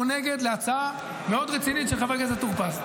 נגד להצעה מאוד רצינית של חבר הכנסת טור פז.